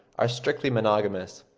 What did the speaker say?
are strictly monogamous,